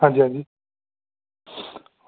आं जी आं जी